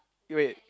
wait